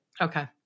Okay